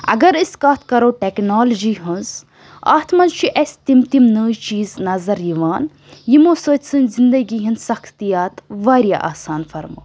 اگر أسۍ کَتھ کَرو ٹیٚکنالجی ہٕنٛز اَتھ منٛز چھِ اَسہِ تِم تِم نٔے چیٖز نظر یِوان یِمو سۭتۍ سٲنۍ زِنٛدگی ہٕنٛدۍ سختِیات واریاہ آسان فرمُو